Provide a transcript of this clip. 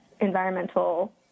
environmental